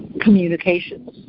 communications